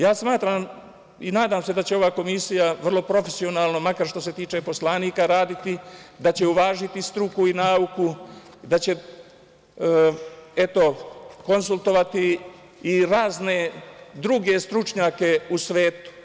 Ja smatram i nadam se da će ova komisija vrlo profesionalno, makar što se tiče poslanika, raditi, da će uvažiti struku i nauku, da će, eto, konsultovati i razne druge stručnjake u svetu.